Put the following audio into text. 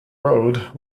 road